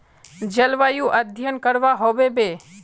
जलवायु अध्यन करवा होबे बे?